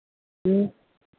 ह्म्म